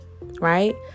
right